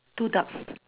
two ducks